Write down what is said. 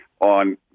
on